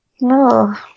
no